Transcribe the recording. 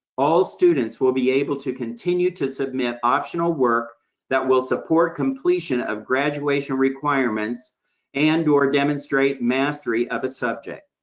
all students will be able to continue to submit optional work that will support completion of graduation requirements and or demonstrate mastery of a subject.